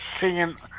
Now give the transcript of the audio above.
singing